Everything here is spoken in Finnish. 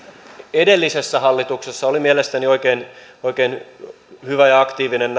edellisessä hallituksessa oli mielestäni näissä asioissa oikein hyvä ja aktiivinen